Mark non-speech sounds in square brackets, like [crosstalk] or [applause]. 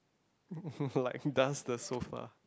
[laughs] like dust the sofa